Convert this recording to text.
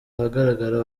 ahagaragara